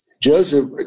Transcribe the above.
Joseph